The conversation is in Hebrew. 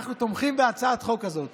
אנחנו תומכים בהצעת החוק הזאת.